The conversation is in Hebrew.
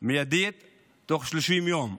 מיידית תוך 30 יום.